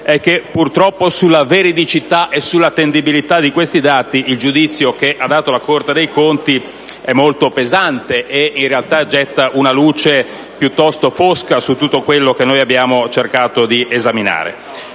è che purtroppo sulla veridicità e attendibilità di questi dati il giudizio della Corte dei conti è molto pesante e getta una luce piuttosto fosca su quanto abbiamo cercato di esaminare.